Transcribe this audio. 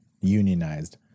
unionized